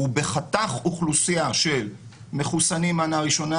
ובחתך אוכלוסייה של מחוסנים מנה ראשונה,